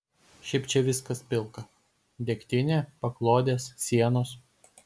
šiaip čia viskas pilka degtinė paklodės sienos